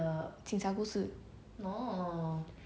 the taiwanese [one] right taiwan 的那种 um